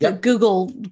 Google